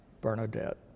Bernadette